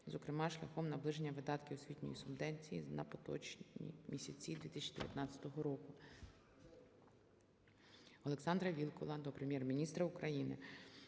зокрема шляхом наближення видатків освітньої субвенції на поточні місяці 2019 року. Олександра Вілкула до Прем'єр-міністра України,